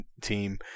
team